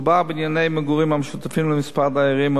מדובר בבנייני מגורים המשותפים לכמה דיירים,